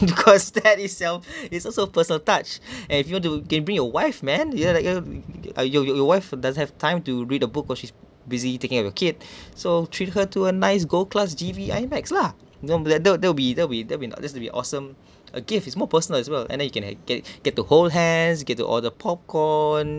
because that itself is also personal touch and if you want to can bring your wife man yeah your your your wife doesn't have time to read a book or she's busy take care of your kid so treat her to a nice gold class G_V IMAX lah you know there'll be there'll be there'll be not just to be awesome a gift is more personal as well and then he can get get the whole hands get to order popcorn